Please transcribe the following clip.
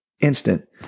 instant